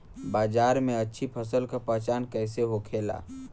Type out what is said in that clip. बाजार में अच्छी फसल का पहचान कैसे होखेला?